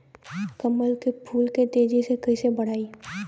कमल के फूल के तेजी से कइसे बढ़ाई?